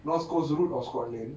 north coast route of scotland